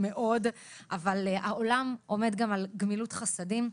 אבל העולם עומד גם על גמילות חסדים,